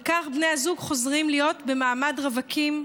וכך בני הזוג חוזרים להיות במעמד רווקים.